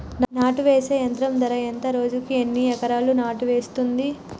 నాటు వేసే యంత్రం ధర ఎంత రోజుకి ఎన్ని ఎకరాలు నాటు వేస్తుంది?